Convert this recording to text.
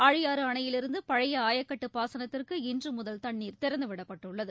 ஆழியாறு அணையிலிருந்து பழைய ஆயக்கட்டுப் பாகனத்திற்கு இன்று முதல் தண்ணீர் திறந்து விடப்பட்டுள்ளது